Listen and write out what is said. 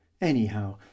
Anyhow